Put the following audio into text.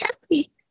happy